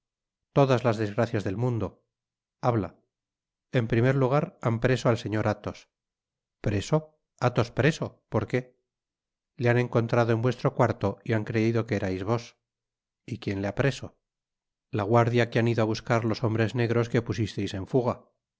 todas las desgracias del mundo habla en primer lugar han preso al señor athos preso athos preso por qué le han encontrado en vuestro cuarto y han creido que erais vos y quien le ha preso la guardia que han ido á buscar los hombres negros que pusisteis en fuga